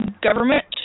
government